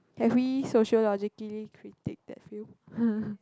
can we sociologically critique that field